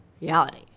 reality